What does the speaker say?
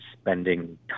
spending